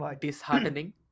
disheartening